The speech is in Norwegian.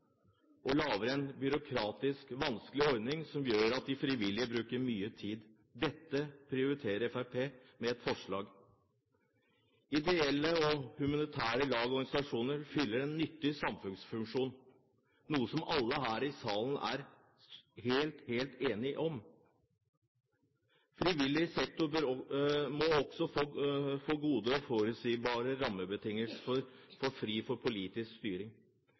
en byråkratisk vanskelig ordning som gjør at de frivillige bruker mye tid. Dette prioriterer Fremskrittspartiet, og vi har et forslag her. Ideelle og humanitære lag og organisasjoner fyller en nyttig samfunnsfunksjon, noe som alle her i salen er helt enige om. Frivillig sektor må også få gode og forutsigbare rammebetingelser, fri for politisk styring.